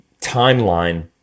timeline